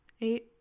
eight